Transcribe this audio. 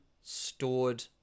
stored